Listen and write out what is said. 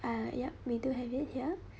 uh yup we do have it here